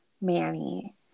Manny